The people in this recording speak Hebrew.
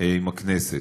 עם הכנסת.